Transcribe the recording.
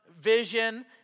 vision